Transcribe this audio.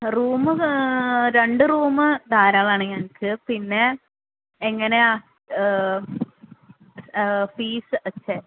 room രണ്ട് room ധാരാളമാണ് ഞങ്ങൾക്ക് പിന്നെ എങ്ങനെയാണ് ഫീസ് ചെ